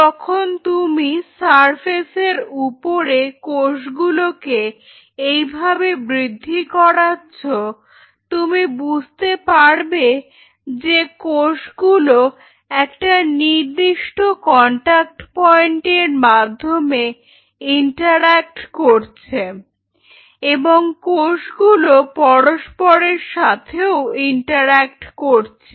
যখন তুমি সারফেস এর উপরে কোষগুলোকে এইভাবে বৃদ্ধি করাচ্ছো তুমি বুঝতে পারবে যে কোষগুলো একটা নির্দিষ্ট কন্টাক্ট পয়েন্টের মাধ্যমে ইন্টারঅ্যাক্ট করছে এবং কোষগুলো পরস্পরের সাথেও ইন্টারঅ্যাক্ট করছে